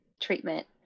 treatment